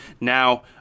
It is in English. now